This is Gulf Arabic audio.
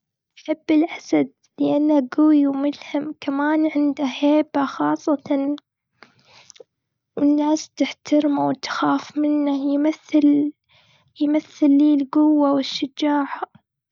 أحب الأسد، لإنه قوي وملهم. كمان عنده هيبة، خاصةً والناس تحترمه وتخاف منه. يمثل يمثل لي القوة والشجاعة.